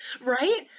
right